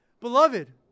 Beloved